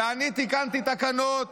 ואני תיקנתי תקנות,